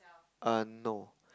err no